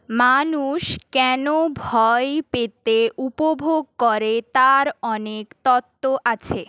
মানুষ কেন ভয় পেতে উপভোগ করে তার অনেক তত্ত্ব আছে